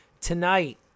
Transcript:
tonight